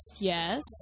yes